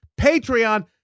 Patreon